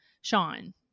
Sean